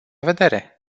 vedere